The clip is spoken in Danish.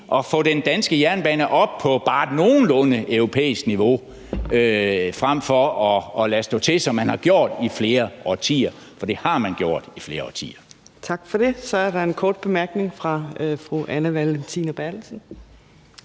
at få den danske jernbane bare nogenlunde op på et europæisk niveau frem for at lade stå til, som man har gjort i flere årtier. For det har man gjort i flere årtier. Kl. 21:20 Fjerde næstformand (Trine Torp): Tak for det. Så er der en kort bemærkning fra fru Anne Valentina Berthelsen.